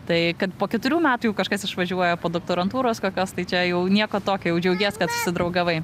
tai kad po keturių metų jau kažkas išvažiuoja po doktorantūros kokios tai čia jau nieko tokio jau džiaugies kad susidraugavai